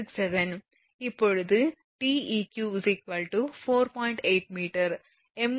இப்போது Deq 4